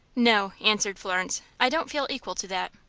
no, answered florence. i don't feel equal to that.